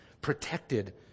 protected